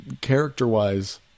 character-wise